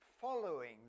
following